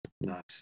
Nice